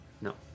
No